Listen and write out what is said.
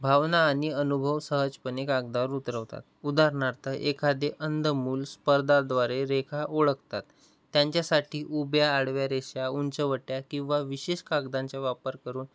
भावना आणि अनुभव सहजपणे कागदवर उतरवतात उदाहारणार्थ एखादे अंंध मुल स्पर्धा द्वारे रेखा ओळखतात त्यांच्यासाठी उभ्या आडव्या रेषा उंचवट्या किंवा विशेष कागदांचा वापर करून